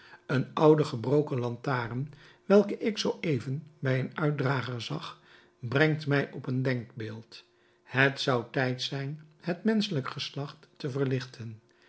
een oude gebroken lantaarn welke ik zoo even bij een uitdrager zag brengt mij op een denkbeeld het zou tijd zijn het menschelijk geslacht te verlichten